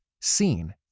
seen